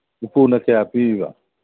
ꯎꯄꯨꯅ ꯀꯌꯥ ꯄꯤꯔꯤꯕ